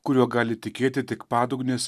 kuriuo gali tikėti tik padugnės